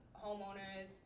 homeowners